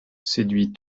séduit